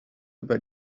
über